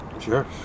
Sure